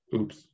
Oops